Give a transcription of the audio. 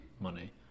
money